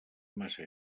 massa